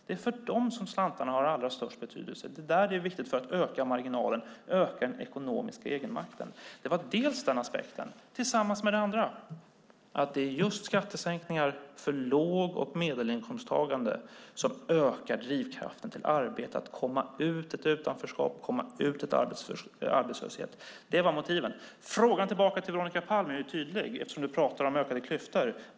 Det är där de är viktiga för att öka marginalen och den ekonomiska egenmakten. Det är den ena aspekten. Den andra är att skattesänkningar för låg och medelinkomsttagare ökar drivkraften att komma ut ur ett utanförskap och ut ur en arbetslöshet. Det var motiven. Veronica Palm talar om ökade klyftor.